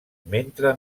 mentre